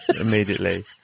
immediately